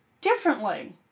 differently